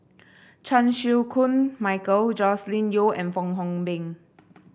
Chan Chew Koon Michael Joscelin Yeo and Fong Hoe Beng